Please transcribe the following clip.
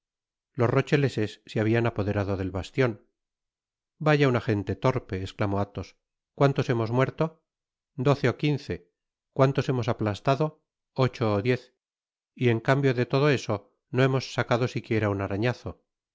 los rocheleses se habian apoderado del bastion vaya una gente torpe esclamó athos cuántos hemos muerto doce ó quince cuántos hemos aplastado ocho ó diez y en cambio de todo eso no hemos sacado siquiera un arañazo ah